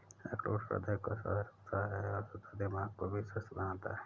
अखरोट हृदय को स्वस्थ रखता है तथा दिमाग को भी स्वस्थ बनाता है